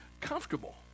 comfortable